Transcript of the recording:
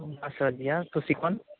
ਅੱਛਾ ਜੀ ਹਾਂ ਤੁਸੀਂ ਕੋਣ